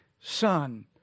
son